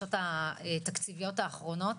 בדרישות התקציביות האחרונות,